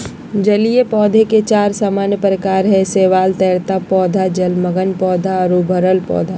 जलीय पौधे के चार सामान्य प्रकार हइ शैवाल, तैरता पौधा, जलमग्न पौधा और उभरल पौधा